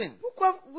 pourquoi